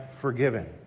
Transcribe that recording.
forgiven